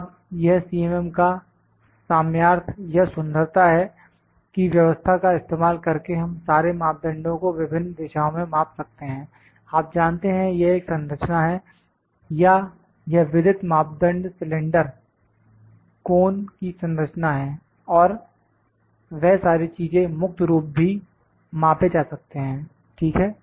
अब यह CMM का सामर्थ्य या सुंदरता है कि व्यवस्था का इस्तेमाल करके हम सारे मापदंडों को विभिन्न दिशाओं में माप सकते हैं आप जानते हैं यह एक संरचना है या यह विदित मापदंड सिलेंडर कोन की संरचना है और वह सारी चीजें मुक्त रूप भी मापे जा सकते हैं ठीक है